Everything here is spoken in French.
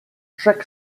chaque